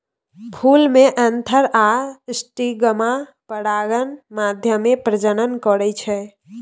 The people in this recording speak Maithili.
फुल मे एन्थर आ स्टिगमा परागण माध्यमे प्रजनन करय छै